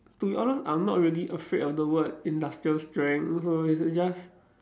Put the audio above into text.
to be honest I'm not really afraid of the word industrial strength so it's it's just